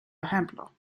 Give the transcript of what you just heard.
ejemplo